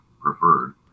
preferred